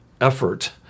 effort